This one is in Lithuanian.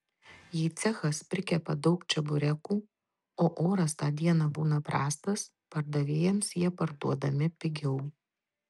jei cechas prikepa daug čeburekų o oras tą dieną būna prastas pardavėjams jie parduodami pigiau